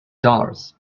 dollars